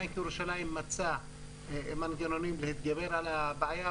בנק ירושלים מצא מנגנונים והתגבר על הבעיה.